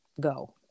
go